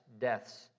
deaths